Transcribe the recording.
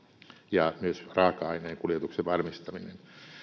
ja myös raaka aineen kuljetuksen varmistaminen